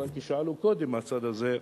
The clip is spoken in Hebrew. אבל כשעלו קודם מהצד הזה,